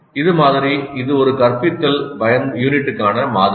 இது மாதிரி இது ஒரு கற்பித்தல் யூனிட்டுக்கான மாதிரி